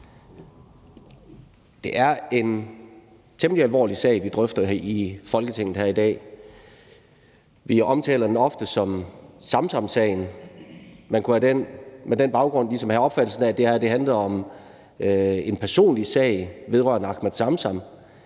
temmelig alvorlig sag, vi drøfter i Folketinget her i dag. Vi omtaler den ofte som Samsamsagen, og man kunne med den baggrund ligesom have opfattelsen af, at det her handlede om en personlig sag vedrørende Ahmed Samsam.